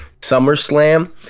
SummerSlam